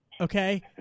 Okay